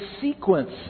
sequence